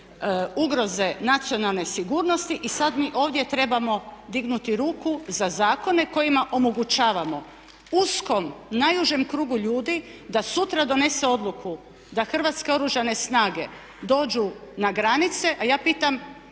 ugroze nacionalne sigurnosti i sad mi ovdje trebamo dignuti ruku za zakone kojima omogućavamo uskom, najužem krugu ljudi da sutra donesen odluku da Hrvatske oružane snage dođu na granice. A ja pitam